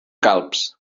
calbs